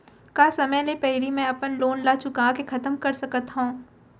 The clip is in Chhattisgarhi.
का समय ले पहिली में अपन लोन ला चुका के खतम कर सकत हव?